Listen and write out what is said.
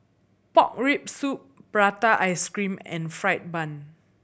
pork rib soup prata ice cream and fried bun